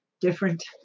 different